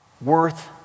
worth